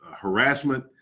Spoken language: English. harassment